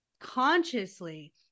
consciously